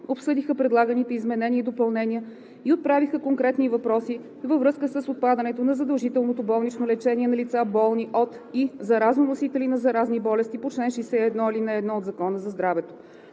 обсъдиха предлаганите изменения и допълнения и отправиха конкретни въпроси във връзка с отпадането на задължителното болнично лечение на лица, болни от и заразоносители на заразна болест по чл. 61, ал. 1 от Закона за здравето.